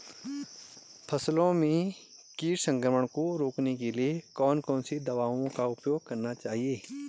फसलों में कीट संक्रमण को रोकने के लिए कौन कौन सी दवाओं का उपयोग करना चाहिए?